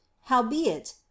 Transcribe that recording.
howbeit